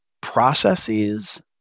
processes